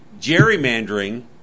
gerrymandering